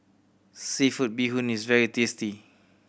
seafood bee hoon is very tasty